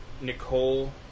Nicole